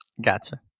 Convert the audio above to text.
Gotcha